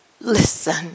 listen